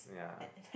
yeah